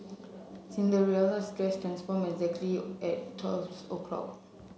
Cinderella's dress transformed exactly at twelve o'clock